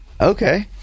Okay